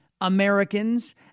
Americans